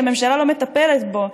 שהממשלה לא מטפלת בו,